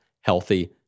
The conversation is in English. healthy